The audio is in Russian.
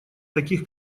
таких